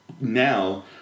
now